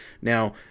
now